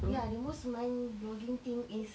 ya the most mindboggling